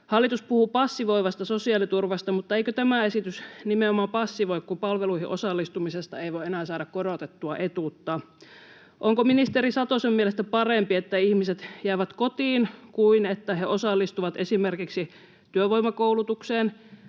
Hallitus puhuu passivoivasta sosiaaliturvasta, mutta eikö tämä esitys nimenomaan passivoi, kun palveluihin osallistumisesta ei voi enää saada korotettua etuutta? Onko ministeri Satosen mielestä parempi, että ihmiset jäävät kotiin kuin että he osallistuvat esimerkiksi työvoimakoulutukseen